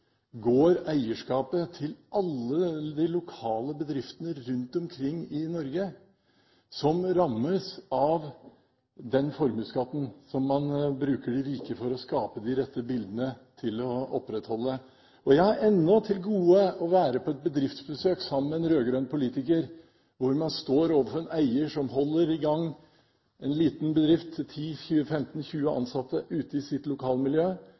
går eierskapet til alle de lokale bedriftene rundt omkring i Norge som rammes av den formuesskatten, der man bruker de rike, for å skape og opprettholde de rette bildene. Jeg har ennå til gode å være på et bedriftsbesøk sammen med en rød-grønn politiker, som overfor en eier som holder i gang en liten bedrift med 10–15–20 ansatte ute i sitt lokalmiljø,